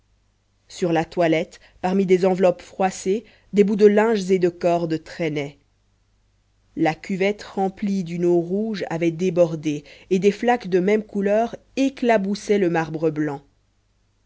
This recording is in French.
sur la toilette parmi des enveloppes froissées des bouts de linges et de corde traînaient la cuvette remplie d'une eau rouge avait débordé et des flaques de même couleur éclaboussaient le marbre blanc